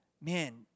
man